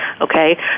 okay